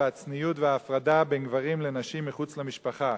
הצניעות וההפרדה בין גברים לנשים מחוץ למשפחה.